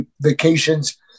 vacations